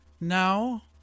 now